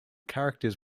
characters